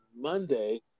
Monday